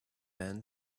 vain